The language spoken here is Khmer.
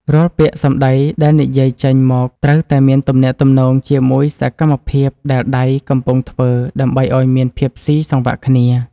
រាល់ពាក្យសម្តីដែលនិយាយចេញមកត្រូវតែមានទំនាក់ទំនងជាមួយសកម្មភាពដែលដៃកំពុងធ្វើដើម្បីឱ្យមានភាពស៊ីសង្វាក់គ្នា។